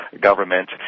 government